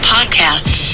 Podcast